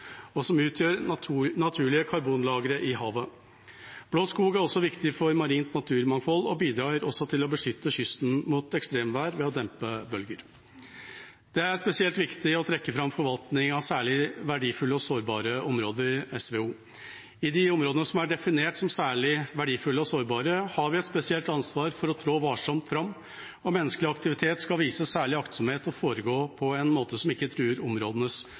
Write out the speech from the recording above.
og som utgjør naturlige karbonlagre i havet. Blå skog er også viktig for marint naturmangfold og bidrar til å beskytte kysten mot ekstremvær ved å dempe bølger. Det er spesielt viktig å trekke fram forvaltning av særlig verdifulle og sårbare områder, SVO. I de områdene som er definert som særlig verdifulle og sårbare, har vi et spesielt ansvar for å trå varsomt fram, og menneskelig aktivitet skal vise særlig aktsomhet og foregå på en måte som ikke truer områdenes